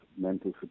mental